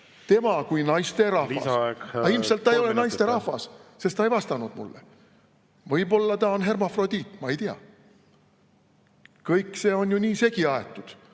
tema kui naisterahvas? Aga ilmselt ta ei ole naisterahvas, sest ta ei vastanud mulle. Võib-olla ta on hermafrodiit, ma ei tea. Kõik see on ju nii segamini aetud,